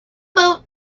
boat